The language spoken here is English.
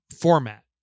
format